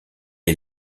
est